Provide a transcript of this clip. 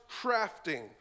crafting